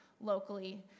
locally